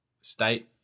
state